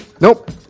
Nope